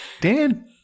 Dan